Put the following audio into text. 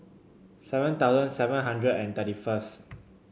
seven thousand seven hundred and thirty first